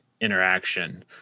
interaction